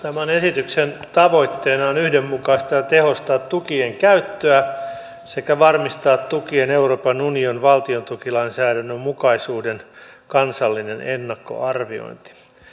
tämän esityksen tavoitteena on yhdenmukaistaa ja tehostaa tukien käyttöä sekä varmistaa tukien euroopan unionin valtiontukilainsäädännön mukaisuuden kansallinen ennakkoarviointi